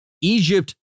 Egypt